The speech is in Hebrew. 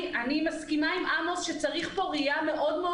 אני מסכימה עם עמוס שצריך ראייה מאוד מאוד